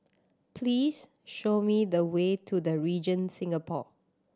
please show me the way to The Regent Singapore